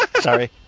sorry